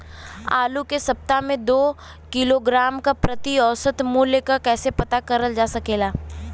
आलू के सप्ताह में दो किलोग्राम क प्रति औसत मूल्य क कैसे पता करल जा सकेला?